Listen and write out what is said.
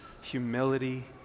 humility